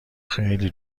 خیلی